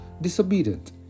disobedient